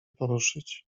poruszyć